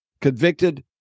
convicted